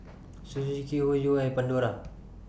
Suzuki Hoyu and Pandora